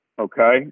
Okay